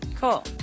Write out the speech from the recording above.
Cool